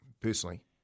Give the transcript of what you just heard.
personally